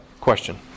question